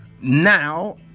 Now